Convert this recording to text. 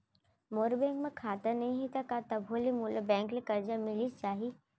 मोर bank म खाता नई हे त का तभो ले मोला बैंक ले करजा मिलिस जाही?